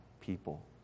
people